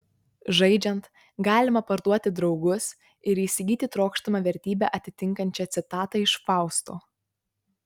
žaidžiant galima parduoti draugus ir įsigyti trokštamą vertybę atitinkančią citatą iš fausto